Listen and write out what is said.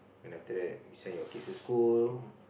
and after that send your kids to school